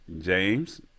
James